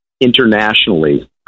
internationally